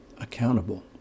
accountable